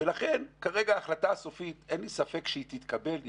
ולכן ההחלטה הסופית, אין לי ספק שהיא תתקבל.